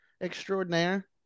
extraordinaire